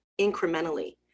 incrementally